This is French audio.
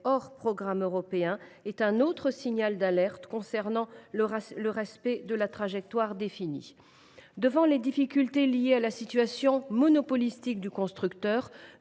hors programme européen est un autre signal d’alerte concernant le respect de la trajectoire définie. Devant les difficultés liées à la situation monopolistique du constructeur,